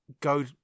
go